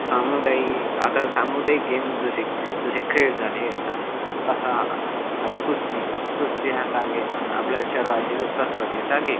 सामुदायिक आता सामुदायिक गेम जसे जसे खेळ झाले आता असा आ आता कुस्ती कुस्ती हा काय गेम आहे आपल्या शहरातील कसरतीचा गेम